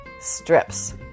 strips